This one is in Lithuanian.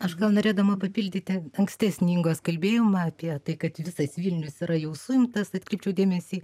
aš gal norėdama papildyti ankstesnį ingos kalbėjimą apie tai kad visas vilnius yra jau suimtas atkreipčiau dėmesį